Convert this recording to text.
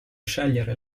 scegliere